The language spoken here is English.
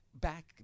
back